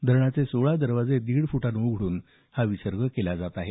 धरणाचे सोळा दरवाजे दीड फूट उघडून हा विसर्ग केला जात आहे